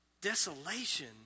desolation